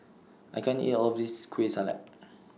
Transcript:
I can't eat All of This Kueh Salat